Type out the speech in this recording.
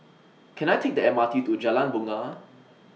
Can I Take The M R T to Jalan Bungar